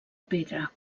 pedra